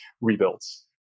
rebuilds